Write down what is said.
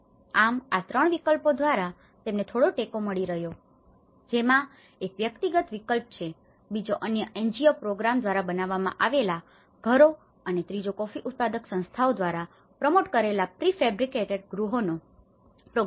આમ આ 3 વિકલ્પો દ્વારા તેમને થોડો ટેકો મળી રહ્યો જેમાં એક વ્યક્તિગત વિકલ્પ છે બીજો અન્ય NGO પ્રોગ્રામ દ્વારા બનાવમાં આવેલા ઘરો અને ત્રીજો કોફી ઉત્પાદક સંસ્થાઓ દ્વારા પ્રમોટ કરેલા પ્રિફેબ્રિકેટેડ ગૃહોનો પ્રોગ્રામ